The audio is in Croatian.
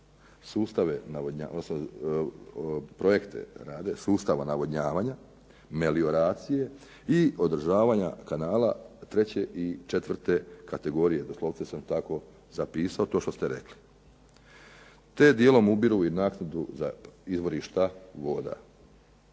projekte rade, sustava navodnjavanja, melioracije i održavanja kanala treće i četvrte kategorije doslovce sam tako zapisao to što ste rekli, te dijelom ubiru i ... za izvorišta voda.